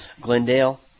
Glendale